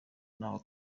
n’aho